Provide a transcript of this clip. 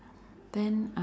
then uh